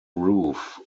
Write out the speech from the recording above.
roof